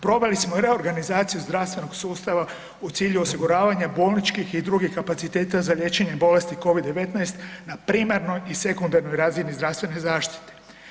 Proveli smo i reorganizaciju zdravstvenog sustava u cilju osiguravanja bolničkih i drugih kapaciteta za liječenje bolesti Covid-19 na primarnoj i sekundarnoj razini zdravstvene zaštite.